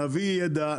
נביא ידע,